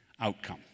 outcome